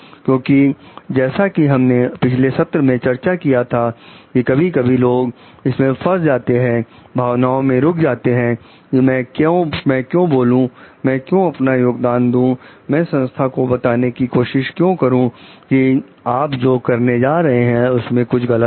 क्योंकि जैसा कि हमने पिछले सत्र में चर्चा किया था कि कभी कभी लोग इसमें फंस जाते हैं भावनाओं में रुक जाते हैं कि मैं क्यों बोलूं मैं क्यों अपना योगदान दूं मैं संस्था को बताने की कोशिश क्यों करूं कि आप जो करने जा रहे हैं उसमें कुछ गलत है